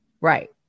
Right